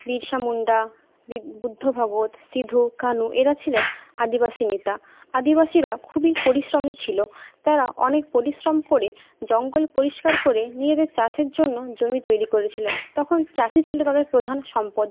বিরসা মুন্ডা বুদ্ধ ভগত সিধু ও কানু এরা ছিলেন আদিবাসী নেতা আদিবাসীরা খুবই পরিশ্রমী ছিল তারা অনেক পরিশ্রম করে জঙ্গল পরিষ্কার করে নিজেদের চাষের জন্য জমি তৈরি করেছিলেন তখন চাষই ছিলো তাদের প্রধান সম্পদ